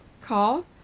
Call